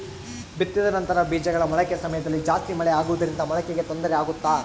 ಬಿತ್ತಿದ ನಂತರ ಬೇಜಗಳ ಮೊಳಕೆ ಸಮಯದಲ್ಲಿ ಜಾಸ್ತಿ ಮಳೆ ಆಗುವುದರಿಂದ ಮೊಳಕೆಗೆ ತೊಂದರೆ ಆಗುತ್ತಾ?